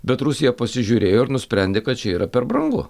bet rusija pasižiūrėjo ir nusprendė kad čia yra per brangu